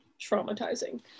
traumatizing